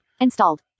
installed